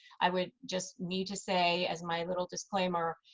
i would just need to say as my little disclaimer,